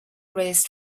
raised